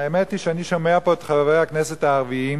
האמת היא שאני שומע פה את חברי הכנסת הערבים,